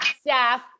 staff